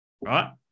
right